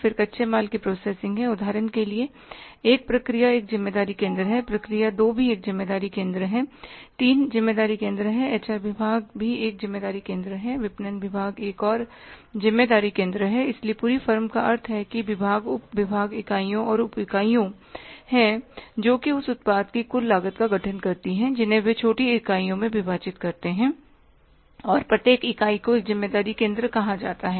फिर कच्चे माल की प्रोसेसिंग है उदाहरण के लिए एक प्रक्रिया एक ज़िम्मेदारी केंद्र है प्रक्रिया दो भी एक ज़िम्मेदारी केंद्र है तीन ज़िम्मेदारी केंद्र है एच आर विभाग एक ज़िम्मेदारी केंद्र है विपणन विभाग एक और ज़िम्मेदारी केंद्र है इसलिए पूरी फर्म का अर्थ है कि विभाग उप विभाग इकाइयाँ और उप इकाइयाँ हैं जो उस उत्पाद की कुल लागत का गठन करती हैं जिन्हें वे छोटी इकाइयों में विभाजित करते हैं और प्रत्येक इकाई को ज़िम्मेदारी केंद्र कहा जाता है